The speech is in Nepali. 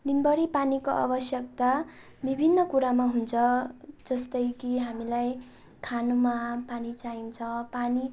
दिनभरि पानीको आवश्यकता विभिन्न कुरामा हुन्छ जस्तै कि हामीलाई खानुमा पानी चाहिन्छ पानी